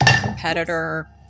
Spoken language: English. competitor